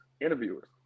interviewers